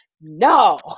No